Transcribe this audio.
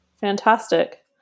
Fantastic